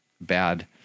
bad